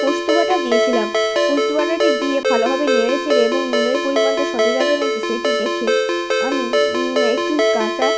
পোস্ত বাটা দিয়েছিলাম পোস্ত বাটাটি দিয়ে ভালোভাবে নেড়েচেড়ে এবং নুনের পরিমাণটা সঠিক আছে নাকি সেটি দেখে আমি একটু কাঁচা